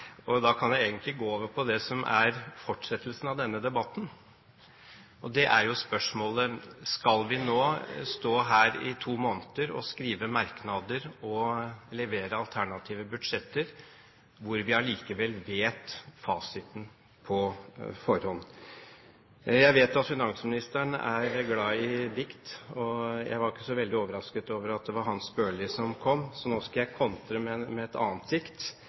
Da kan jeg egentlig gå over på det som er fortsettelsen av denne debatten. Det er spørsmålet: Skal vi stå her i to måneder og skrive merknader og levere alternative budsjetter, når vi vet fasiten på forhånd? Jeg vet at finansministeren er glad i dikt, og jeg var ikke så veldig overrasket over at det var Hans Børli han kom med, så nå skal jeg kontre med et annet